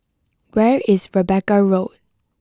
where is Rebecca Road